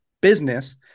business